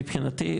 מבחינתי,